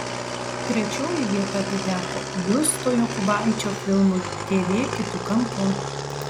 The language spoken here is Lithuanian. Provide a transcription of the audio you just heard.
trečioji vieta atiteko justo jokubaičio filmui tv kitu kampu